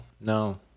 no